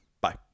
Bye